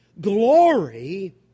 Glory